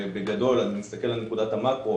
אני מסתכל על נקודת המאקרו